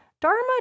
Dharma